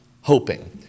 hoping